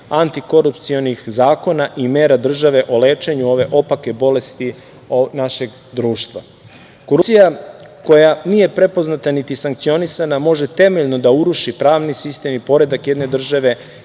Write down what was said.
antikorupcionih zakona i mera države u lečenju ove opake bolesti našeg društva. Korupcija koja nije prepoznata, niti sankcionisana može temeljno da uruši pravni sistem i poredak jedne države